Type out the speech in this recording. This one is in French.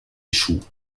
échouent